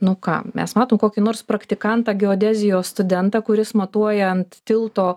nu ką mes matom kokį nors praktikantą geodezijos studentą kuris matuoja ant tilto